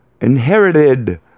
inherited